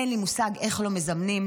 אין לי מושג איך לא מזמנים,